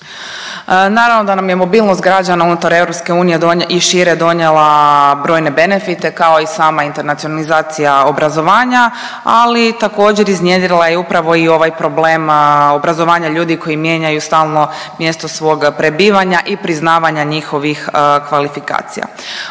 Naravno da nam je mobilnost građana unutar EU i šire donijela brojne benefite kao i sama internacionalizacija obrazovanja, ali također iz iznjedrila je upravo i ovaj problem obrazovanja ljudi koji mijenjaju stalno mjesto svog prebivanja i priznavanja njihovih kvalifikacija.